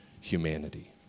humanity